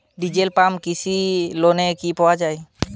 Diesel pump কৃষি লোনে কি পাওয়া য়ায়?